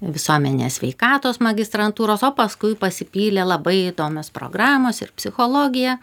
visuomenės sveikatos magistrantūros o paskui pasipylė labai įdomios programos ir psichologija